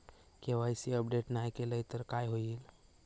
KYC update नाय केलय तर काय होईत?